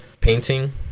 painting